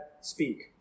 speak